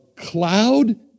cloud